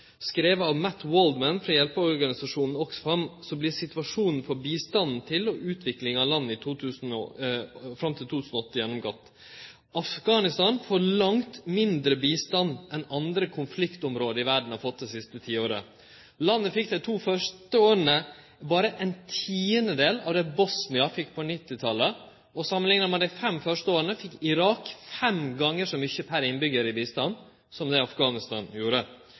av Matt Waldman frå hjelpeorganisasjonen Oxfam, vert situasjonen for bistanden til og utviklinga av landet fram til 2008 gjennomgått. Afghanistan får langt mindre i bistand enn det andre konfliktområde i verda har fått det siste tiåret. Landet fekk dei to første åra berre ein tiandedel av det Bosnia fekk på 1990-talet, og samanlikna med dei fem første åra fekk Irak fem gonger så mykje per innbyggjar i bistand som det